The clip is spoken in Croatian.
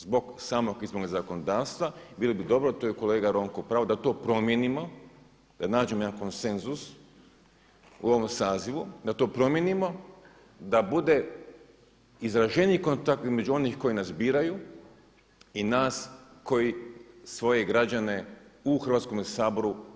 Zbog samo izbornog zakonodavstva, bilo bi dobro to je kolega Ronko u pravu, da to promijenimo da nađemo jedan konsenzus u ovom sazivu, da to promijenimo da bude izraženiji kontakt između onih koji nas biraju i nas koji svoje građane u Hrvatskome saboru.